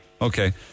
Okay